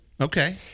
okay